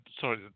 sorry